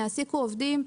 יעסיקו עובדים,